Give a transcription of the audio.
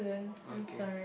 okay